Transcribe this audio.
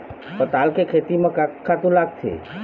पताल के खेती म का का खातू लागथे?